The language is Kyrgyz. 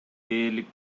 дээрлик